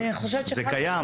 זה קיים.